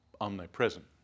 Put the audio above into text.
omnipresent